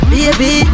Baby